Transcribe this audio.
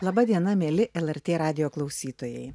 laba diena mieli lrt radijo klausytojai